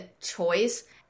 choice